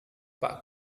pak